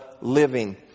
living